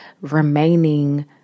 remaining